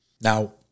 Now